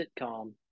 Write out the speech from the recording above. sitcom